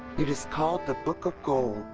it is called the book of gold.